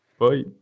Bye